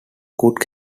could